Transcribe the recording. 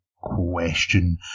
question